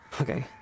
Okay